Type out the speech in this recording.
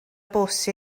bws